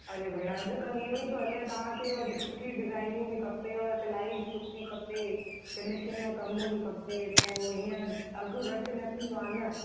अरे भेण अॼुकल्ह इहो ई थो हले तव्हां खे वरी सुठी डिज़ाइनियूं बि खपेव सिलाई बि सुठी खपे फिनिशिंग में कम बि खपे पोइ हीअं अघु घटि न थींदो आहे न